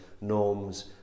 norms